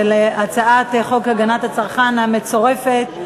הצעת חוק הגנת הצרכן (תיקון,